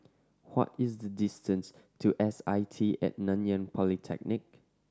what is the distance to S I T At Nanyang Polytechnic